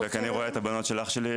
אין ספק, אני רואה את הבנות של אחי.